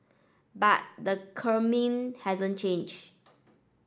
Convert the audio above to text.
but the Kremlin hasn't changed